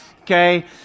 okay